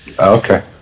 okay